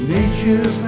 Nature